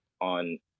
on